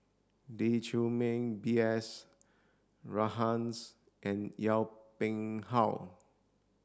Lee Chiaw Meng B S Rajhans and Yong Pung How